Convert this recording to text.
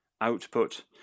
output